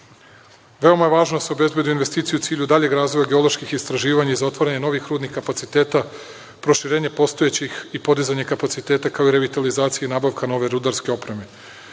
je važno da se obezbede investicije u cilju daljeg razvoja geoloških istraživanja i za otvaranje novih rudnih kapaciteta, proširenje postojećih i podizanje kapaciteta, kao i revitalizaciji i nabavka nove rudarske opreme. Imajući